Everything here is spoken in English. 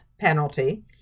penalty